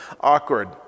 awkward